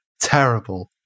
terrible